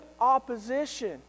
opposition